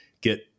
get